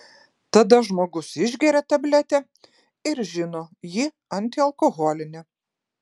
tada žmogus išgeria tabletę ir žino ji antialkoholinė